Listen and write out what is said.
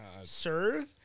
serve